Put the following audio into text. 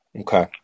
Okay